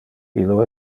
illo